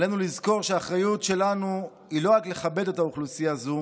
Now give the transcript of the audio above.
עלינו לזכור שהאחריות שלנו היא לא רק לכבד אוכלוסייה זו,